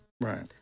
Right